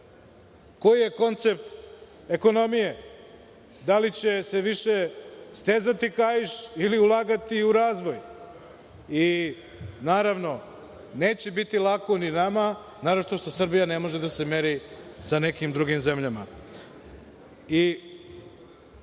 koji je koncept ekonomije, da li će se više stezati kaiš ili ulagati u razvoj. Naravno, neće biti lako ni nama, naročito što Srbija ne može da se meri sa nekim drugim zemljama. Žao